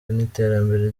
n’iterambere